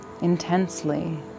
Intensely